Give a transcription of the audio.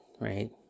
right